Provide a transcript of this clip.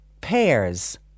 pears